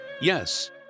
Yes